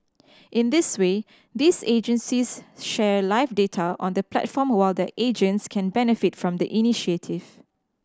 in this way these agencies share live data on the platform while their agents can benefit from the initiative